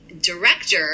director